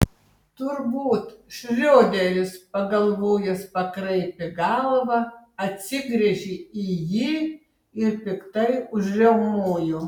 turbūt šrioderis pagalvojęs pakraipė galvą atsigręžė į jį ir piktai užriaumojo